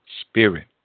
Spirit